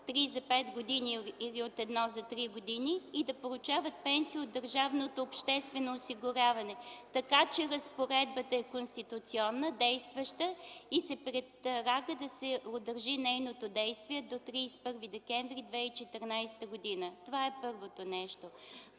3 за 5 години или от 1 за 3 години, и да получават пенсии от държавното обществено осигуряване. Така че разпоредбата е конституционна, действаща и се предлага да се удължи нейното действие до 31 декември 2014 г. Това е първото нещо.